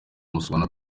musombwa